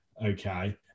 okay